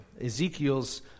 Ezekiel's